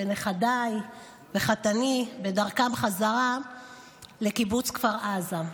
נכדיי וחתני בדרכם חזרה לקיבוץ כפר עזה.